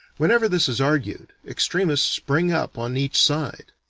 whenever this is argued, extremists spring up on each side.